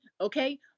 Okay